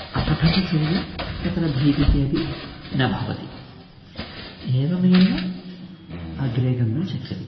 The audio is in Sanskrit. अपठति चेत् तत्र भीतिः अपि न भवति एवमेव अग्रे गन्तुं शक्यते